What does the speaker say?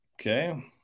Okay